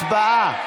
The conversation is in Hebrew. הצבעה.